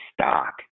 stock